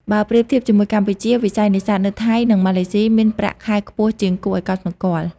បើប្រៀបធៀបជាមួយកម្ពុជា វិស័យនេសាទនៅថៃ និងម៉ាឡេស៊ីមានប្រាក់ខែខ្ពស់ជាងគួរឱ្យកត់សម្គាល់។